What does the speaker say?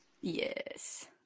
Yes